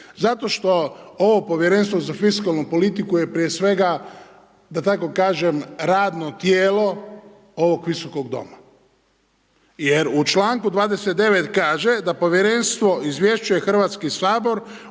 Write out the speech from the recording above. zato što ovo Povjerenstvo za fiskalnu politiku je prije svega da tako kažem radno tijelo ovog Visokog doma. Jer u članku 29. kaže da Povjerenstvo izvješćuje Hrvatski sabor